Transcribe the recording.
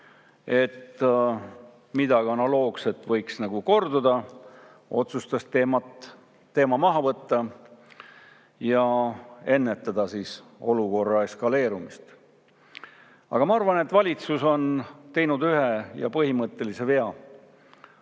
et midagi analoogset võib korduda, otsustas teema maha võtta ja ennetada olukorra eskaleerumist. Aga ma arvan, et valitsus on teinud ühe põhimõttelise vea,